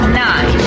nine